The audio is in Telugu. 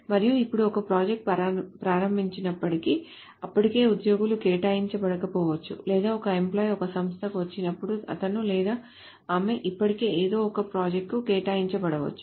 మరియు ఇప్పుడు ఒక ప్రాజెక్ట్ ప్రారంభించినప్పుడు అప్పటికే ఉద్యోగులు కేటాయించ బడకపోవచ్చు లేదా ఒక ఎంప్లాయ్ ఒక సంస్థకు వచ్చినప్పుడు అతను లేదా ఆమె ఇప్పటికే ఏదో ఒక ప్రాజెక్ట్కు కేటాయించబడవచ్చు